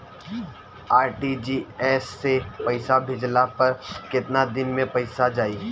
RTGS से पईसा भेजला पर केतना दिन मे पईसा जाई?